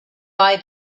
buy